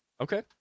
okay